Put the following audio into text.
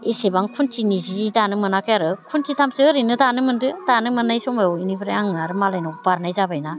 एसेबां खुन्थिनि सि दानो मोनाखै आरो खुन्थिथामसो ओरैनो दानो मोन्दों दानो मोननाय समयाव बेनिफ्राय आंहा आरो मालायनाव बारनाय जाबायना